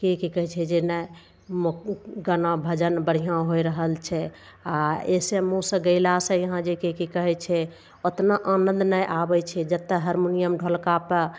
की की कहय छै जे नहि ब हु गाना भजन बढ़िआँ होइ रहल छै आओर ऐसे मुँहसँ गओलासँ यहाँ जेकि की कहय छै ओतना आनन्द नहि आबय छै जत्ते हार्मोनियम ढोलकपर